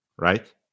right